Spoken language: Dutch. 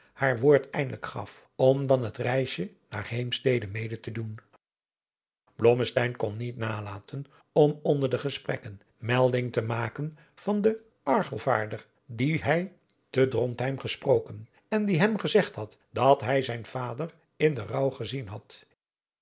haar woord eindelijk gaf om dan het reisje naar heemstede mede te doen blommesteyn kon niet nalaten om onder de gesprekken melding te maken van den archangelvaarder dien hij te drontheim gesproken en die hem gezegd had dat hij zijn vader in den rouw gezien had